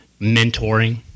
mentoring